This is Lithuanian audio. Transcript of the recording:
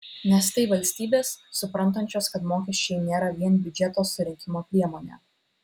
nes tai valstybės suprantančios kad mokesčiai nėra vien biudžeto surinkimo priemonė